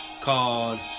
Called